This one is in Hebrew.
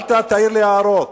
ואל תעיר לי הערות.